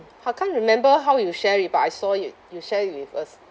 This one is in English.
I can't remember how you share it but I saw you you share it with us